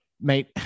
mate